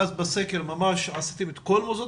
--- בסקר אז ממש עשיתם את כל מוסדות